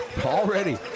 already